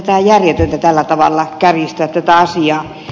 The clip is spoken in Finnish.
onhan järjetöntä tällä tavalla kärjistää tätä asiaa